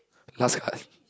I pass the card